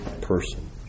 person